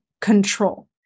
control